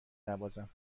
نوازم